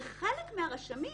חלק מהרשמים